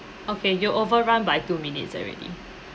okay you overrun by two minutes already